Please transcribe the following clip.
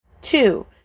Two